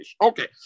Okay